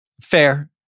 fair